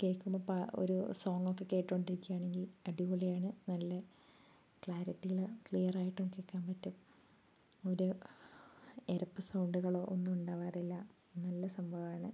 കേൾക്കുമ്പോൾ ഒരു സോങ്ങൊക്കെ കേട്ടുകൊണ്ട് ഇരിക്കുകയാണെങ്കിൽ അടിപൊളിയാണ് നല്ല ക്ലാരിറ്റിയിൽ ക്ലിയർ ആയിട്ടും കേൾക്കാൻ പറ്റും ഒരു ഇരപ്പ് സൗണ്ടുകളൊ ഒന്നും ഉണ്ടാവാറില്ല നല്ല സംഭവമാണ്